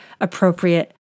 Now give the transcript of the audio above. appropriate